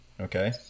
okay